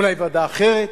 אולי ועדה אחרת.